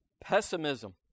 pessimism